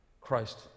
Christ